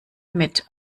mit